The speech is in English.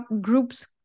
groups